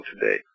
today